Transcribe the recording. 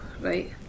right